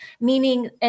meaning